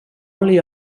oli